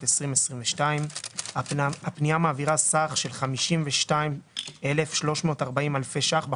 2022. הפנייה מעבירה סך של 52,340 אלפי שקלים,